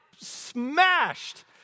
smashed